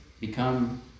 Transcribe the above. become